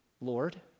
Lord